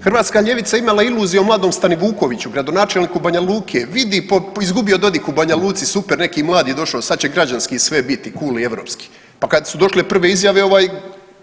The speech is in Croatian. Hrvatska ljevica je imala iluziju o mladom Stanivukoviću gradonačelniku Banja Luke vidi izgubio Dodik u Banja Luci super neki mladi došo sad će građanski sve biti cool i europski, pa kad su došle prve izjave ovaj